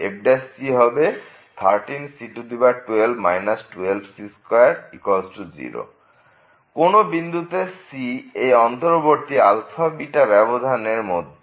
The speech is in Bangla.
fc হবে 13c1221c20 কোন বিন্দু c এই অন্তর্বর্তী αβ ব্যবধান এর মধ্যে